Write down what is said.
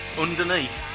Underneath